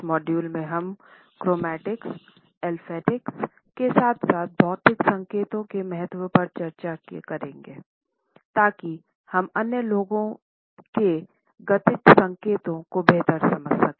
इस मॉड्यूल में हम क्रोमैटिक्स ऑल्फैक्टिक्स के साथ साथ भौतिक संकेतों के महत्व पर चर्चा की जाएगी ताकि हम अन्य लोगों के गतिज संकेतों को बेहतर समझ सके